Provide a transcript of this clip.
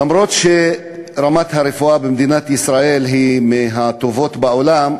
למרות שרמת הרפואה במדינת ישראל היא מהטובות בעולם,